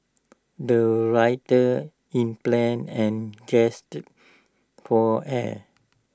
the writer in plan and just for air